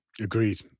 Agreed